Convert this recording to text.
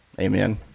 amen